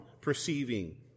perceiving